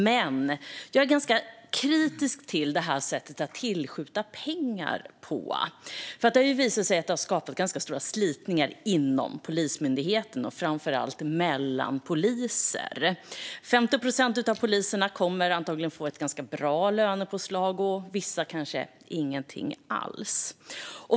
Men jag är ganska kritisk till det här sättet att tillskjuta pengar, för det har visat sig skapa ganska stora slitningar inom Polismyndigheten och framför allt mellan poliser. Av poliserna kommer 50 procent antagligen att få ett ganska bra lönepåslag och vissa kanske ingenting alls.